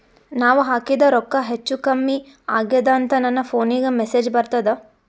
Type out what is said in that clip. ನಾವ ಹಾಕಿದ ರೊಕ್ಕ ಹೆಚ್ಚು, ಕಮ್ಮಿ ಆಗೆದ ಅಂತ ನನ ಫೋನಿಗ ಮೆಸೇಜ್ ಬರ್ತದ?